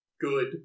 good